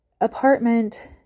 apartment